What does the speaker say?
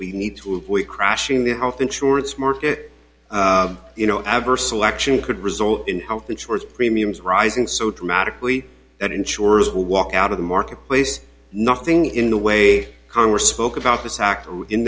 we need to avoid crashing the health insurance market you know adverse selection could result in health insurance premiums rising so dramatically that insurers will walk out of the marketplace nothing in the way congress spoke about th